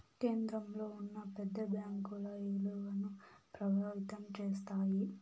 కేంద్రంలో ఉన్న పెద్ద బ్యాంకుల ఇలువను ప్రభావితం చేస్తాయి